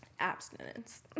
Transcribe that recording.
Abstinence